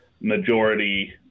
majority